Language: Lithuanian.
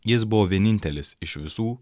jis buvo vienintelis iš visų